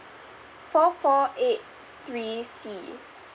four four eight three C